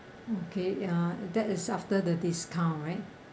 okay uh that is after the discount right